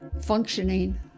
functioning